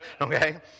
okay